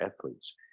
athletes